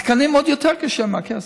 נושא התקנים עוד יותר קשה מהכסף.